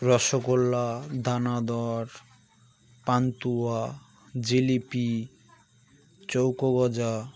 রসগোল্লা দানাদার পান্তুয়া জিলিপি চৌকোগজা